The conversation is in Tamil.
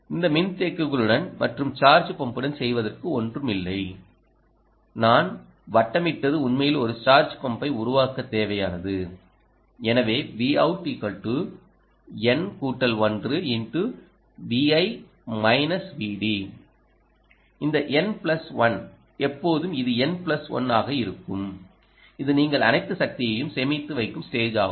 இந்த மின்தேக்கிகளுடன் மற்றும் சார்ஜ் பம்புடன் செய்வதற்கு ஒன்றுமில்லை நான் வட்டமிட்டது உண்மையில் ஒரு சார்ஜ் பம்பை உருவாக்கத் தேவையானது எனவே Vout N 1 இது N பிளஸ் 1 எப்போதும் இது N பிளஸ் 1 ஆக இருக்கும் இது நீங்கள் அனைத்து சக்தியையும் சேமித்து வைக்கும் ஸ்டேஜ் ஆகும்